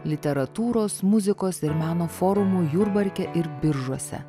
literatūros muzikos ir meno forumų jurbarke ir biržuose